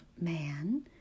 man